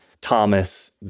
Thomas